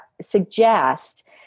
suggest